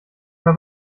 mehr